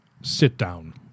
sit-down